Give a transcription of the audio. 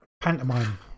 pantomime